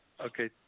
okay